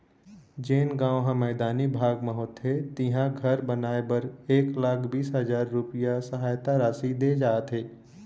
जेन गाँव ह मैदानी भाग म होथे तिहां घर बनाए बर एक लाख बीस हजार रूपिया सहायता राशि दे जाथे